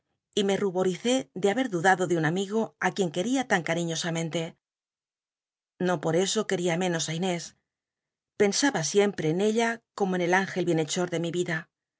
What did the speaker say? y me ruboricé de hahet dudado de un amigo ü quien queria tan catiñosamente lo pot eso quería menos ü inés pensaba iemprc en ella como en el üngcl bienhechor tic mi yitla